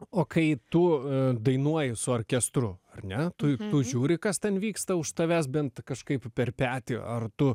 o kai tu dainuoji su orkestru ar ne tu žiūri kas ten vyksta už tavęs bent kažkaip per petį ar tu